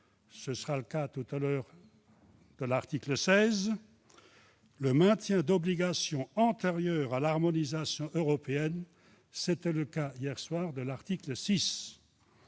qui sera le cas à l'article 16 ; le maintien d'obligations antérieures à l'harmonisation européenne, ce qui était le cas hier soir à l'article 6.